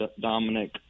Dominic